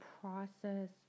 process